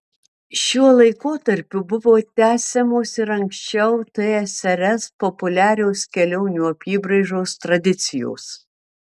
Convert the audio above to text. šiuo laikotarpiu buvo tęsiamos ir anksčiau tsrs populiarios kelionių apybraižos tradicijos